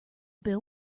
bill